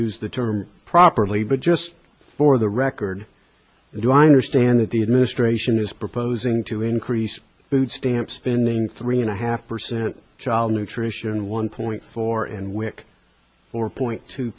used the term properly but just for the record do i understand that the administration is proposing to increase food stamps been the three and a half percent child nutrition one point four and wic four point two